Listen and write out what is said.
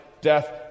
death